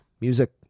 music